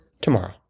tomorrow